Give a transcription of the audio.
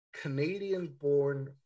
Canadian-born